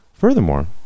Furthermore